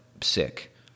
sick